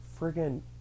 friggin